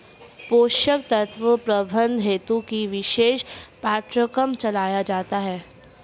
पोषक तत्व प्रबंधन हेतु ही विशेष पाठ्यक्रम चलाया जाता है